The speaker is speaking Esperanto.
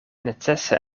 necese